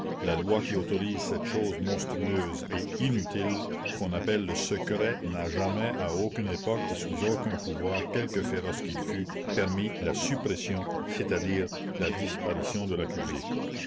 la loi qui autorise cette chose monstrueuse et inutile qu'on appelle le secret n'a jamais à aucune époque et sous aucun pouvoir quelque féroce qu'il fût permis la suppression c'est-à-dire la disparition de l'accusé